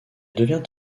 devient